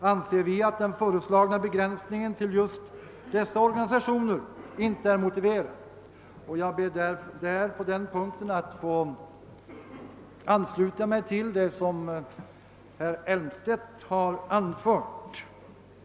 anser vi att den föreslagna begränsningen till just dessa organisationer inte är motiverad. Jag ber på denna punkt att få ansluta mig till vad herr Elmstedt anfört.